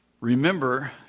Remember